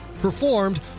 performed